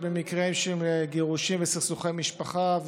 במקרים של גירושים וסכסוכי משפחה,